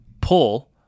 pull